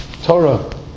Torah